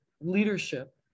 leadership